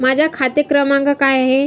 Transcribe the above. माझा खाते क्रमांक काय आहे?